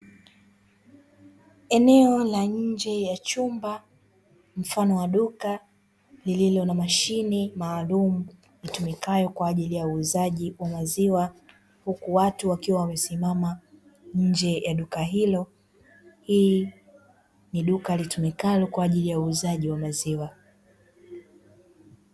Eneo la nje ya chumba mfano wa duka lililo na mashine maalumu itumikayo kwa ajili ya uuzaji wa maziwa, huku watu wakiwa wamesimama nje ya duka hilo. Hii ni duka litumikalo kwa ajili ya uuzaji wa maziwa.